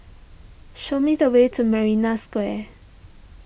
show me the way to Marina Square